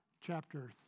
chapter